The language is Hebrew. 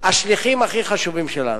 הם השליחים הכי חשובים שלנו.